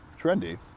trendy